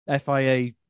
FIA